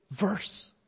verse